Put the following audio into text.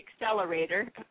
accelerator